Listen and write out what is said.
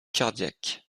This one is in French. cardiaque